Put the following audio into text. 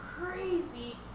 crazy